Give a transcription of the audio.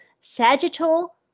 sagittal